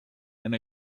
and